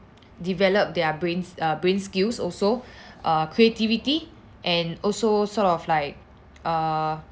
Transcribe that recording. develop their brains err brain skills also err creativity and also sort of like err